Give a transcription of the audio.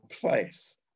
place